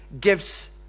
gives